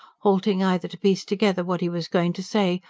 halting either to piece together what he was going to say,